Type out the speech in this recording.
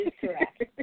correct